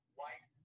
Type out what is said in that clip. white